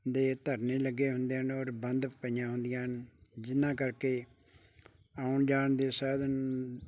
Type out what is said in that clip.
ਦੇ ਧਰਨੇ ਲੱਗੇ ਹੁੰਦੇ ਹਨ ਔਰ ਬੰਦ ਪਈਆਂ ਹੁੰਦੀਆਂ ਹਨ ਜਿਨ੍ਹਾਂ ਕਰਕੇ ਆਉਣ ਜਾਣ ਦੇ ਸਾਧਨ